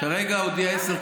כרגע הודיעה 10:00,